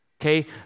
Okay